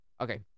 Okay